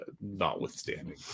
notwithstanding